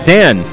Dan